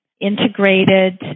integrated